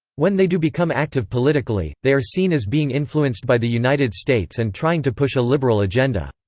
when they do become active politically, they are seen as being influenced by the united states and trying to push a liberal agenda.